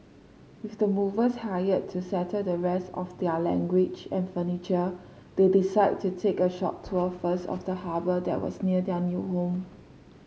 with the movers hired to settle the rest of their language and furniture they decided to take a short tour first of the harbour that was near their new home